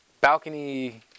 balcony